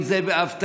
אם זה באבטלה.